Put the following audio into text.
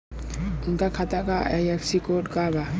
उनका खाता का आई.एफ.एस.सी कोड का बा?